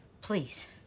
Please